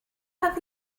have